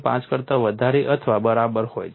5 કરતા વધારે અથવા બરાબર હોય છે